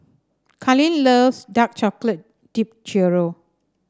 Karlene loves Dark Chocolate Dipped Churro